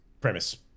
premise